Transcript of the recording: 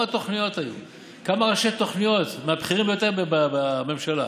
כמה ראשי תוכניות, מהבכירים ביותר בממשלה,